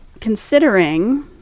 considering